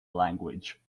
language